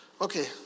Okay